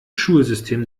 schulsystem